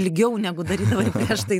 ilgiau negu darydavai prieš tai